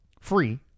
Free